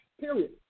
Period